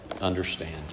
understand